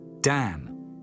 Dan